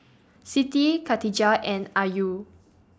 Siti Katijah and Ayu